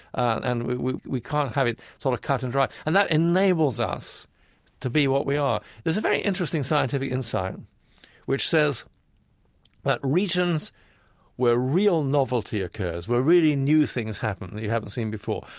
and we we can't have it sort of cut and dry. and that enables us to be what we are. there's a very interesting scientific insight which says that regions where real novelty occurs, where really new things happen that you haven't seen before,